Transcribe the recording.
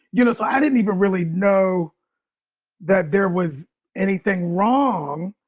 you know? so i didn't even really know that there was anything wrong.